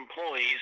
employees